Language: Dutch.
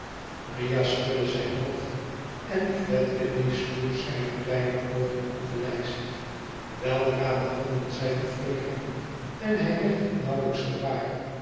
riah schudde zijn hoofd en fledgeby sloeg zijne kleme oogen op de lijst weldra begonnen zij te flikkeren en hij werd het nauwelijks gewaar